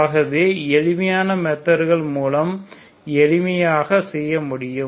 ஆகவே எளிமையான மெத்தட்கள் மூலம் எளிமையாக செய்ய முடியும்